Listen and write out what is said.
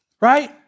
Right